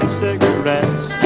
cigarettes